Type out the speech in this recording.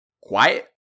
quiet